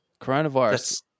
coronavirus